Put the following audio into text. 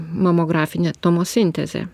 mamografinė tomosintezė